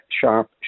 sharp